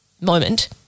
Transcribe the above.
moment